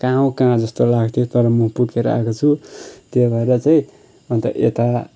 कहाँ हो कहाँ जस्तो लाग्थ्यो तर म पुगेर आएको छु त्यो भएर चाहिँ अन्त यता